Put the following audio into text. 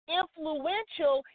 influential